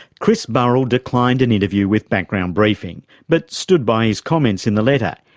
chris burrell declined an interview with background briefing, but stood by his comments in the letter.